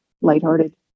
lighthearted